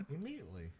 Immediately